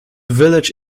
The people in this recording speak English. village